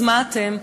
אז מה אתם?